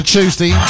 Tuesday